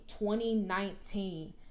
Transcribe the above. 2019